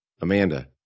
Amanda